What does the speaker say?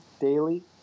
daily